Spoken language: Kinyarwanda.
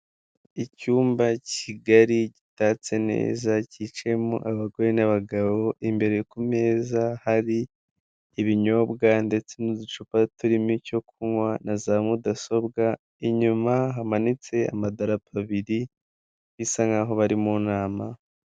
Icyumba kigali gitatse neza, cyicimo abagore n'abagabo, imbere ku meza hari ibinyobwa ndetse n'uducupa turimo icyo kunywa na za mudasobwa, inyuma hamanitse amadarapo abiri bisa nk'aho bari mu nama.